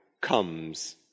comes